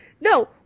no